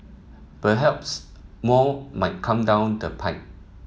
perhaps more might come down the pike